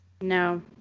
No